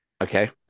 Okay